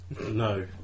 No